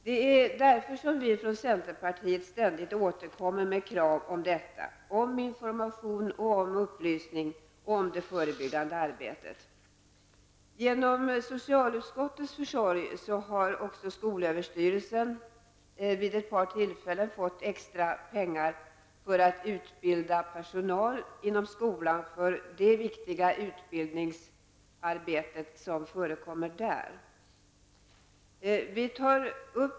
Det är därför som vi från centerpartiet ständigt återkommer med krav på information och upplysning om det förebyggande arbetet. Genom socialutskottets försorg har också skolöverstyrelsen vid ett par tillfällen fått extra pengar för att utbilda personal inom skolan för det viktiga utbildningsarbetet om detta inom skolan.